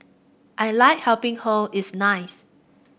I like helping her it's nice